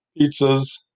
pizzas